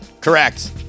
Correct